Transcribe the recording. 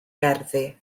gerddi